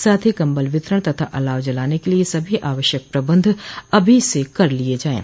साथ ही कम्बल वितरण तथा अलाव जलाने के लिये सभी आवश्यक प्रबंध अभी से कर लिये जाये